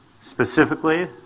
specifically